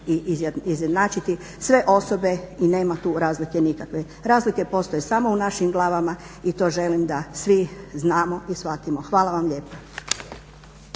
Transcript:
i izjednačiti sve osobe i nema tu razlike nikakve. Razlike postoje samo u našim glavama i to želim da svi znamo i shvatimo. Hvala vam lijepa.